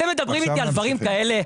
אתם מדברים איתי על דברים כאלה?